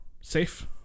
safe